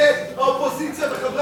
הוא מסכן את חיי האופוזיציה ואת חברי